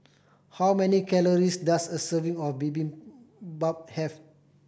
how many calories does a serving of Bibimbap have